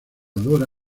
dora